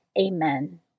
Amen